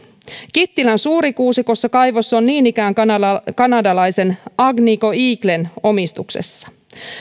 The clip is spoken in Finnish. kittilän suurikuusikossa kaivos on niin ikään kanadalaisen kanadalaisen agnico eaglen omistuksessa